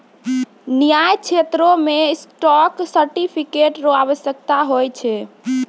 न्याय क्षेत्रो मे स्टॉक सर्टिफिकेट र आवश्यकता होय छै